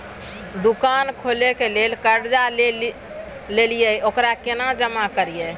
दुकान खोले के लेल कर्जा जे ललिए ओकरा केना जमा करिए?